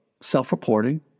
self-reporting